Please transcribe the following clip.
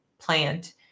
plant